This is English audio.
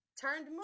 turned